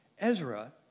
Ezra